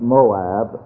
Moab